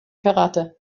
karate